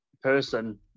person